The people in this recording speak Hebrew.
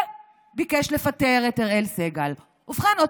וביקש לפטר את אראל סג"ל.